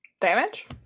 Damage